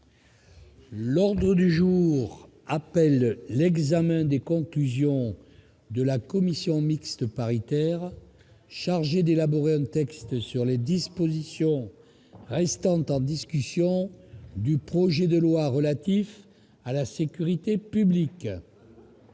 L'ordre du jour appelle l'examen des conclusions de la commission mixte paritaire chargée d'élaborer un texte sur les dispositions restant en discussion du projet de loi relatif à la sécurité publique